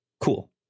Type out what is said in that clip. cool